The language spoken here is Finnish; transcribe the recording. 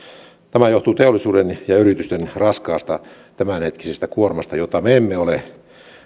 tämä johtuu teollisuuden ja yritysten raskaasta tämänhetkisestä kuormasta jota me emme ole